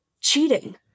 Cheating